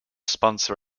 sponsor